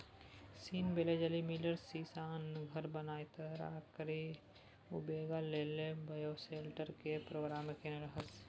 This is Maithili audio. सीन बेलेजली मिलर सीशाक घर बनाए तरकारी उगेबाक लेल बायोसेल्टर केर प्रयोग केने रहय